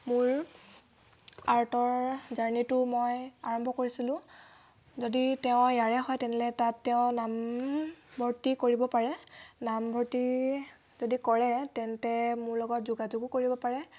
মোৰ আৰ্টৰ জাৰ্ণিটো মই আৰম্ভ কৰিছিলোঁ যদি তেওঁ ইয়াৰে হয় তাত তেওঁ নামভৰ্তি কৰিব পাৰে নামভৰ্তি যদি কৰে তেন্তে মোৰ লগত যোগাযোগো কৰিব পাৰে